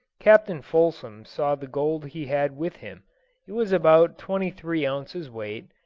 captain fulsom saw the gold he had with him it was about twenty-three ounces weight,